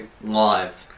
live